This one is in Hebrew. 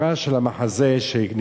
המחזה של לרנר,